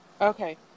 Okay